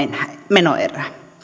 menoerä